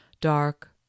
dark